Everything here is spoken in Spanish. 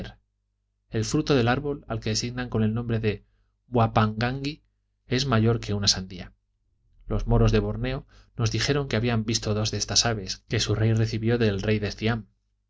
el fruto del árbol al que designan con el nombre de buapanganghi es mayor que una sandía los moros de borneo nos dijeron que habían visto dos de estas aves que su rey recibió del reino de